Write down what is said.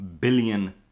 billion